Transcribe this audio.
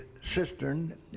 cistern